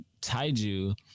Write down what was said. Taiju